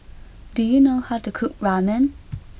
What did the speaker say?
do you know how to cook Ramen